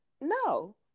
no